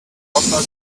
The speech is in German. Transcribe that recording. hollywood